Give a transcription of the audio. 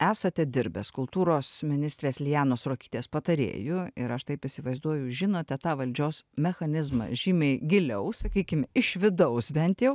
esate dirbęs kultūros ministrės lianos ruokytės patarėju ir aš taip įsivaizduoju žinote tą valdžios mechanizmą žymiai giliau sakykim iš vidaus bent jau